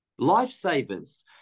Lifesavers